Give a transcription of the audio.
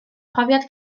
profiad